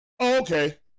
Okay